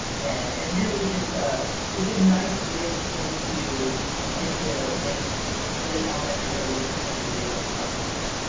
and and really just a, it's a nice bridge into into late late elementary early intermediate repertoire from there.